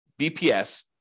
BPS